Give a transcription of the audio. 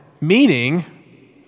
meaning